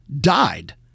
died